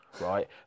right